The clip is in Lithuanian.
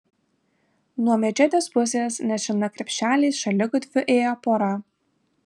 nuo mečetės pusės nešina krepšeliais šaligatviu ėjo pora